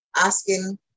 Asking